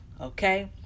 okay